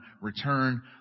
return